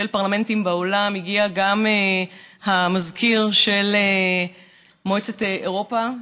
פרלמנטים בעולם הגיע גם המזכיר של מועצת אירופה,